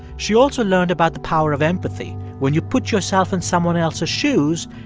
she also learned about the power of empathy. when you put yourself in someone else's shoes,